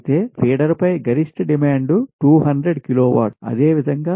అయితే ఫీడర్పై గరిష్ట డిమాండ్ 200 కిలోవాట్ అదేవిధంగా